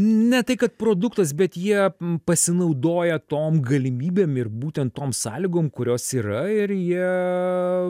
ne tai kad produktas bet jie pasinaudoja tom galimybėm ir būtent toms sąlygom kurios yra ir jie